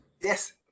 Yes